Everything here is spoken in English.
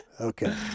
Okay